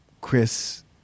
Chris